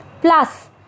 Plus